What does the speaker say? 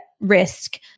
risk